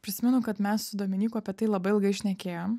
prisimenu kad mes su dominyku apie tai labai ilgai šnekėjom